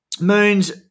Moons